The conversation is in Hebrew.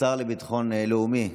השר לביטחון לאומי,